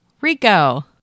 Rico